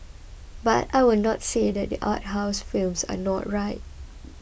but I will not say that art house films are not right